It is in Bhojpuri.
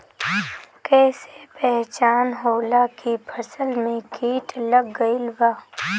कैसे पहचान होला की फसल में कीट लग गईल बा?